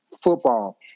Football